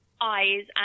eyes